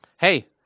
Hey